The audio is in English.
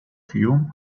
view